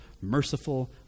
merciful